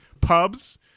pubs